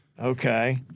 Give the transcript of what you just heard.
Okay